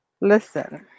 Listen